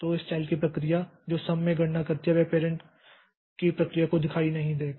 तो इस चाइल्ड की प्रक्रिया जो सम में गणना करती है वह पैरेंट की प्रक्रिया को दिखाई नहीं देगा